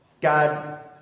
God